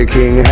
King